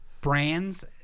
brands